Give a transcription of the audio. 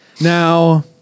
Now